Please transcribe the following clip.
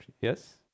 yes